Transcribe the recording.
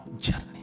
Journey